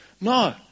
No